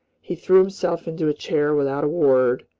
he threw himself into a chair without a word,